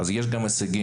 אז יש גם הישגים.